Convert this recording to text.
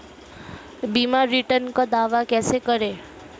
बीमा रिटर्न का दावा कैसे करें?